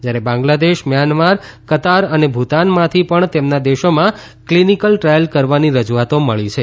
જ્યારે Bangladesh Myanmar Qatar અને ભૂતાનમાંથી પણ તેમના દેશોમાં ક્લીનીકલ ટ્રાયલ કરવાની રજૂઆતો મળી છે